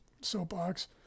soapbox